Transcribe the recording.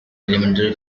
elementary